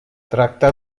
tracta